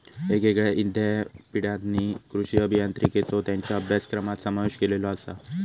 येगयेगळ्या ईद्यापीठांनी कृषी अभियांत्रिकेचो त्येंच्या अभ्यासक्रमात समावेश केलेलो आसा